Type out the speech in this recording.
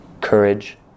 courage